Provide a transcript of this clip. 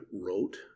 wrote